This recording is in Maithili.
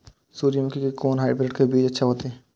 सूर्यमुखी के कोन हाइब्रिड के बीज अच्छा होते?